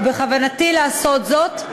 ובכוונתי לעשות זאת,